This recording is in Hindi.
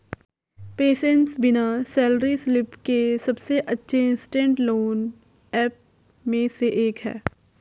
पेसेंस बिना सैलरी स्लिप के सबसे अच्छे इंस्टेंट लोन ऐप में से एक है